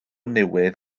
newydd